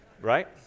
Right